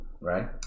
right